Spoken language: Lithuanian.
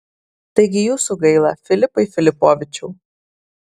taigi jūsų gaila filipai filipovičiau